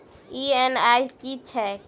EMI की छैक?